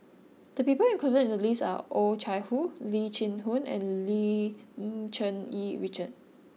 the people included in the list are Oh Chai Hoo Lee Chin Koon and Lim Cherng Yih Richard